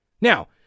Now